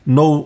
no